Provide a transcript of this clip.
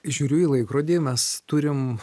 žiūriu į laikrodį mes turim